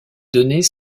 données